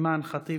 1966, 1987,